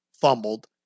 fumbled